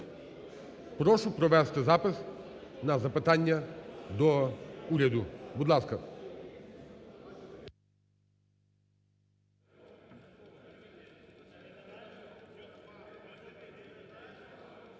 Прошу провести запис на запитання до уряду, будь ласка.